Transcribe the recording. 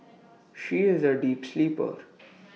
she is A deep sleeper